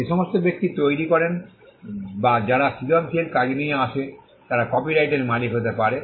যে সমস্ত ব্যক্তি তৈরি করেন বা যারা সৃজনশীল কাজ নিয়ে আসে তারা কপিরাইটের মালিক হতে পারে